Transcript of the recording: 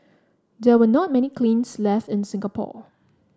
there are not many kilns left in Singapore